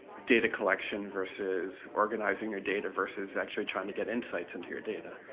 data collection versus organizing your data versus actually trying to get insights into your data?